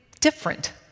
different